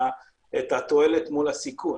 התועלת מול הסיכון.